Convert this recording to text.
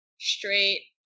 straight